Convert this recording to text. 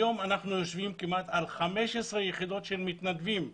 היום אנחנו יושבים על כמעט 15 יחידות של מתנדבים במגזר,